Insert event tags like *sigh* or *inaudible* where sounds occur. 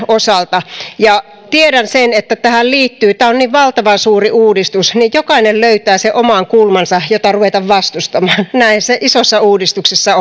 osalta ja tiedän sen että tämä on niin valtavan suuri uudistus että jokainen löytää sen oman kulmansa jota ruveta vastustamaan näin se isossa uudistuksessa *unintelligible*